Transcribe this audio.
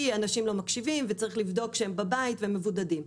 אנשים לא מקשיבים וצריך לבדוק שהם בבית והם מבודדים.